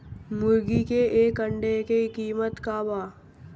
मुर्गी के एक अंडा के कीमत का बा?